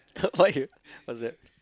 why what's that